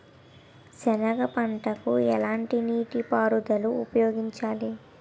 సెనగ పంటకు ఎలాంటి నీటిపారుదల ఉపయోగించాలి?